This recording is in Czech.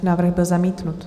Návrh byl zamítnut.